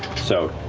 so,